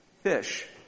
fish